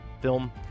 film